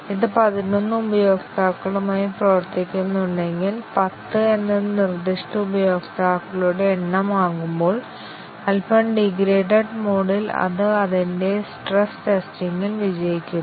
ഇത് പതിനൊന്ന് ഉപയോക്താക്കളുമായി പ്രവർത്തിക്കുന്നുണ്ടെങ്കിൽ പത്ത് എന്നത് നിർദ്ദിഷ്ട ഉപയോക്താക്കളുടെ എണ്ണമാകുമ്പോൾ അല്പം ഡീഗ്രേഡ്ഡ് മോഡിൽ അത് അതിന്റെ സ്ട്രെസ് ടെസ്റ്റിംഗിൽ വിജയിക്കുന്നു